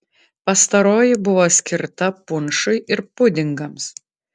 pastaroji buvo skirta punšui ir pudingams